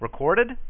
Recorded